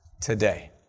today